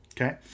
Okay